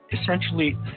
essentially